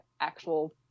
actual